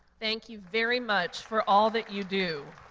thank you very much for all that you do.